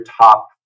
top